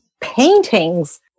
paintings